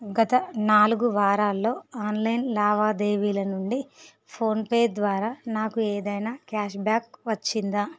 గత నాలుగు వారాల్లో ఆన్లైన్ లావాదేవీల నుండి ఫోన్ పే ద్వరా నాకు ఏదైనా క్యాష్ బ్యాక్ వచ్చిందా